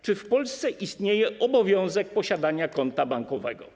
Czy w Polsce istnieje obowiązek posiadania konta bankowego?